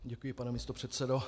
Děkuji, pane místopředsedo.